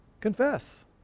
Confess